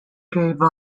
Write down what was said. gave